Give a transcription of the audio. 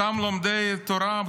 אותם לומדי תורה,